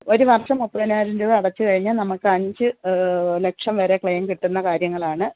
ഒരു വർഷം മുപ്പതിനായിരം രൂപ അടച്ചു കഴിഞ്ഞാൽ നമുക്ക് അഞ്ച് ലക്ഷം വരെ ക്ലെയിം കിട്ടുന്ന കാര്യങ്ങളാണ്